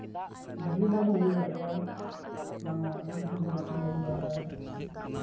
volleyball ᱦᱚᱸ ᱦᱩᱭ ᱵᱟᱲᱟᱜ ᱜᱮᱭᱟ ᱚᱱᱟᱦᱚᱸ ᱞᱟᱹᱴᱩ ᱞᱟᱹᱴᱩ ᱜᱟᱛᱮ ᱜᱮ ᱦᱩᱭ ᱵᱟᱲᱟᱜᱼᱟ